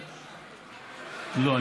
איציק, לא.